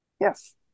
yes